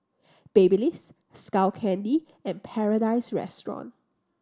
Babyliss Skull Candy and Paradise Restaurant